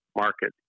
market